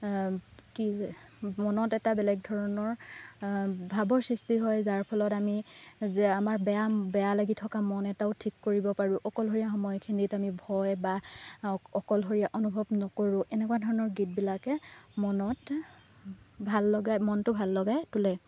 কি মনত এটা বেলেগ ধৰণৰ ভাৱৰ সৃষ্টি হয় যাৰ ফলত আমি যে আমাৰ বেয়া বেয়া লাগি থকা মন এটাও ঠিক কৰিব পাৰোঁ অকলশৰীয়া সময়খিনিত আমি ভয় বা অকলশৰীয়া অনুভৱ নকৰোঁ এনেকুৱা ধৰণৰ গীতবিলাকে মনত ভাল লগাই মনটো ভাল লগাই তোলে